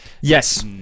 Yes